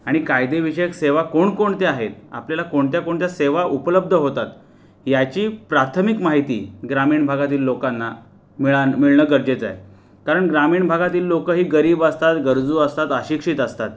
आणि कायदेविषयक सेवा कोणकोणत्या आहेत आपल्याला कोणत्याकोणत्या सेवा उपलब्ध होतात याची प्राथमिक माहिती ग्रामीण भागातील लोकांना मिळणं मिळणं गरजेचं आहे कारण ग्रामीण भागातील लोकं ही गरीब असतात गरजू असतात अशिक्षित असतात